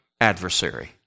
adversary